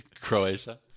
Croatia